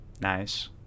Nice